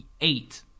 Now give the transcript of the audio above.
eight